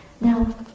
Now